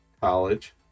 college